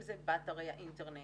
אם זה באתרי האינטרנט,